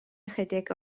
ychydig